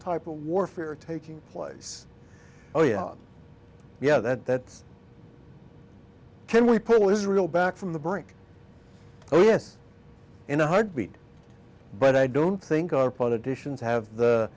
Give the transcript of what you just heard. type of warfare taking place oh yeah yeah that can we pull israel back from the brink oh yes in a heartbeat but i don't think our politicians have